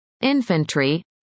Infantry